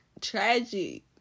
tragic